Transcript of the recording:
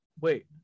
Wait